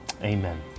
Amen